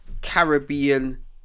Caribbean